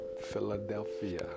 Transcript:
Philadelphia